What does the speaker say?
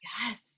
Yes